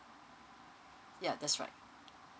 yeah that's right